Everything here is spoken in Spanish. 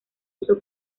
uso